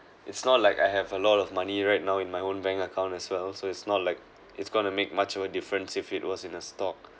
it's not like I have a lot of money right now in my own bank account as well so it's not like it's going to make much of a difference if it was in a stock